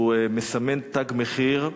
שהוא מסמן "תג מחיר"